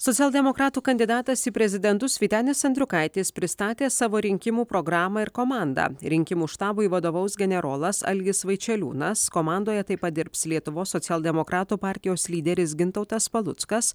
socialdemokratų kandidatas į prezidentus vytenis andriukaitis pristatė savo rinkimų programą ir komandą rinkimų štabui vadovaus generolas algis vaičeliūnas komandoje taip pat dirbs lietuvos socialdemokratų partijos lyderis gintautas paluckas